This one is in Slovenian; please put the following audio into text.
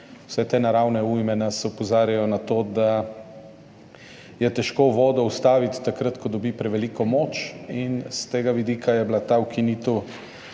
vse te naravne ujme nas opozarjajo na to, da je vodo težko ustaviti takrat, ko dobi preveliko moč in s tega vidika je bila ta ukinitev